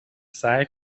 سعی